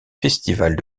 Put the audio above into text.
festivals